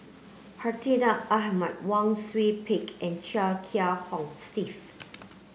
Hartinah Ahmad Wang Sui Pick and Chia Kiah Hong Steve